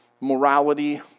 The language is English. morality